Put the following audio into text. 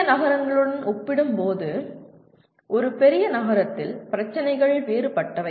சிறிய நகரங்களுடன் ஒப்பிடும்போது ஒரு பெரியநகரத்தில் பிரச்சினைகள் வேறுபட்டவை